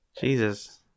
Jesus